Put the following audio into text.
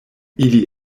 ili